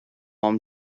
palm